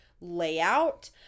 layout